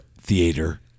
theater